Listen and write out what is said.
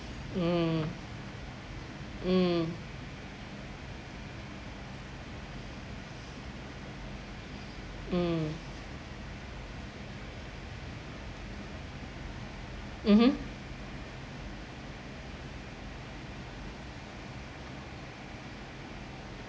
mm mm mm mmhmm